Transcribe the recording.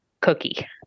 cookie